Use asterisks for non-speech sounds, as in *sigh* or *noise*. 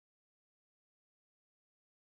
*unintelligible*